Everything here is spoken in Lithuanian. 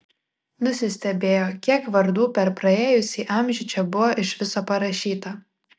nusistebėjo kiek vardų per praėjusį amžių čia buvo iš viso parašyta